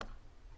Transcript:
שלהם.